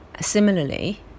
Similarly